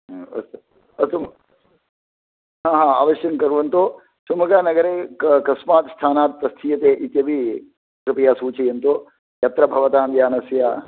हा अस्तु अस्तु महो हा हा अवश्यं कुर्वन्तु शिमोग्गानगरे क कस्मात् स्थानात् प्रस्थीयते इति इत्यपि कृपया सूचयन्तु यत्र भवतां यानस्य